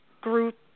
group